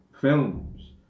films